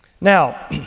Now